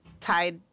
tied